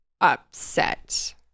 upset